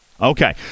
Okay